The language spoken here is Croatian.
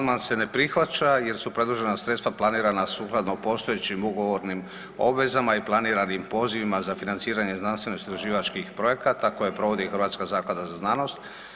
Amandman se ne prihvaća jer su predložena sredstva planirana sukladno postojećim ugovornim obvezama i planiranim pozivima za financiranje znanstveno istraživačkih projekata koje provodi Hrvatska zaklada za znanost.